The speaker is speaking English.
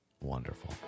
wonderful